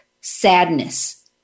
sadness